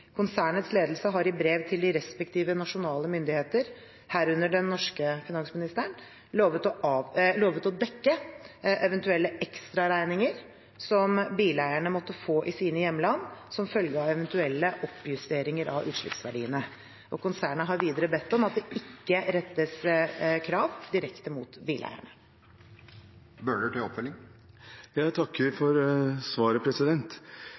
Konsernets ledelse har i brev til de respektive nasjonale myndigheter, herunder den norske finansministeren, lovet å dekke eventuelle ekstraregninger som bileierne måtte få i sine hjemland som følge av eventuelle oppjusteringer av utslippsverdiene. Konsernet har videre bedt om at det ikke rettes krav direkte mot bileierne. Jeg takker for svaret.